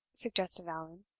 suggested allan,